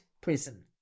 prison